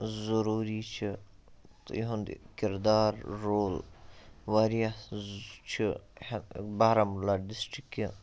ضروٗری چھِ تہٕ یُہُنٛد کِردار رول واریاہ چھُ بارہمُلہ ڈِسٹِرک کہِ